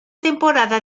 temporada